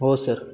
हो सर